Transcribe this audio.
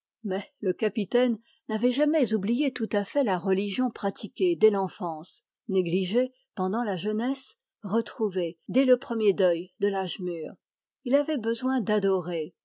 le capitaine n'avait jamais oublié tout à fait la religion pratiquée dès l'enfance négligée pendant la jeunesse retrouvée dès le premier deuil de l'âge mûr il avait besoin d'adorer